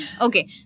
Okay